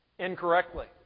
incorrectly